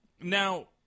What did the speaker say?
Now